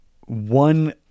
one